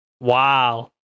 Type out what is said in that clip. Wow